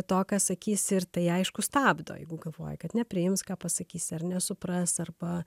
to ką sakysi ir tai aišku stabdo jeigu galvoji kad nepriims ką pasakysi ar nesupras arba